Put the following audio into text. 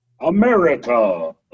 America